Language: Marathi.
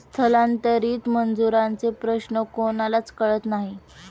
स्थलांतरित मजुरांचे प्रश्न कोणालाच कळत नाही